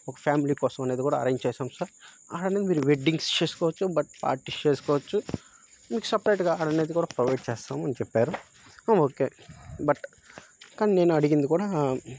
ఒక ఫ్యామిలీ కోసం అనేది గూడా అరేంజ్ చేసాం సార్ ఆడనేది మీరు వెడ్డింగ్స్ చేసుకోవచ్చు బట్ పార్టీస్ చేసుకోవచ్చు మీకు సపరేట్గా ఆడనేది గూడా ప్రొవైడ్ చేస్తాం అని చెప్పారు ఓకే బట్ కానీ నేను అడిగింది కూడా